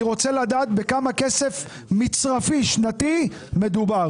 אני רוצה לדעת בכמה כסף מצרפי שנתי מדובר.